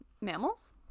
mammals